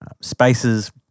spaces